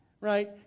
right